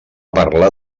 parlar